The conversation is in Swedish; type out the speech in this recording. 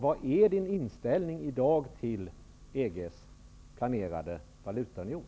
Vilken är din inställning i dag till EG:s planerade valutaunion?